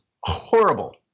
horrible